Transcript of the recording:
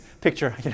picture